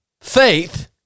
faith